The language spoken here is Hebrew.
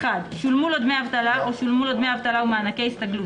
שולמו לו דמי אבטלה או שולמו לו דמי אבטלה ומענקי הסתגלות,